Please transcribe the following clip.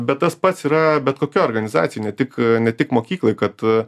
bet tas pats yra bet kokio organizacijoj ne tik ne tik mokykloj kad